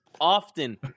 Often